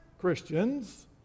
Christians